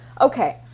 Okay